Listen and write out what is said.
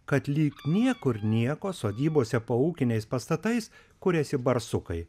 kad lyg niekur nieko sodybose po ūkiniais pastatais kuriasi barsukai